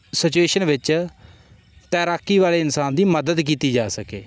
situation ਵਿੱਚ ਤੈਰਾਕੀ ਵਾਲੇ ਇਨਸਾਨ ਦੀ ਮਦਦ ਕੀਤੀ ਜਾ ਸਕੇ